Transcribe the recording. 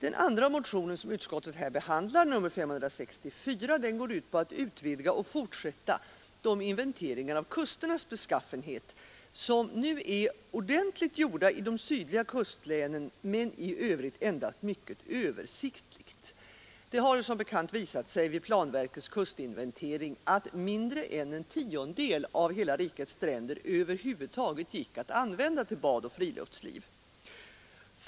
177 Den andra motionen går ut på att utvidga och fortsätta de inventeringar av kusternas beskaffenhet som nu är ordentligt gjorda i de sydliga kustlänen men i övrigt endast mycket översiktligt. Det har som bekant visat sig vid planverkets kustinventering att mindre än en tiondel av hela rikets stränder över huvud taget gick att använda till bad och friluftsliv.